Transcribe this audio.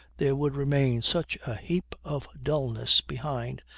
there would remain such a heap of dullness behind,